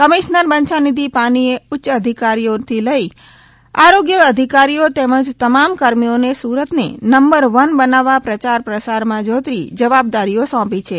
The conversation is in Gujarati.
કમિશનર બંછાનિધિ પાનીએ ઉચ્ય અધિકારીઓથી લઈ આરોગ્ય અધિકારીઓ તેમજ તમામ કર્મીઓને સુરતને નંબર વન બનાવવા પ્રચાર પ્રસારમાં જોતરી જવાબદારીઓ સોંપી છે